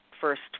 first